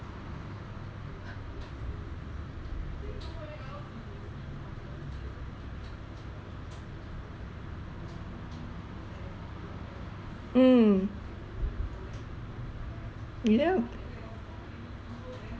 mm yup